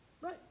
Right